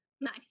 Nice